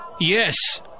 Yes